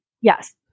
Yes